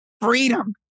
freedom